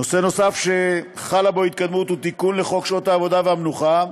נושא נוסף שחלה בו התקדמות הוא תיקון לחוק שעות העבודה והמנוחה,